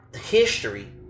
history